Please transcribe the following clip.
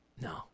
No